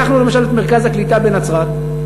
לקחנו למשל את מרכז הקליטה בנצרת,